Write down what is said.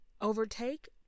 Overtake